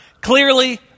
clearly